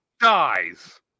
dies